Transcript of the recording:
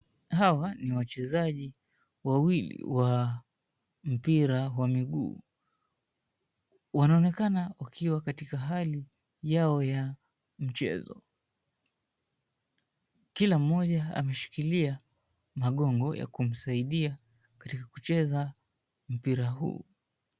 Hawa ni wachezaji wawili wa mpira wa miguu. Wanaonekana wakiwa katika hali yao ya mchezo. Kila mmoja ameshikilia magongo ya kumsaidia katika kucheza mpira huu.